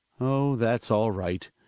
oh, that's all right.